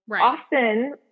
often